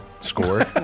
score